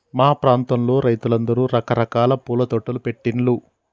మా ప్రాంతంలో రైతులందరూ రకరకాల పూల తోటలు పెట్టిన్లు